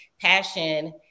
passion